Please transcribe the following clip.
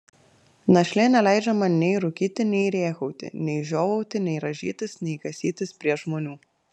našlė neleidžia man nei rūkyti nei rėkauti nei žiovauti nei rąžytis nei kasytis prie žmonių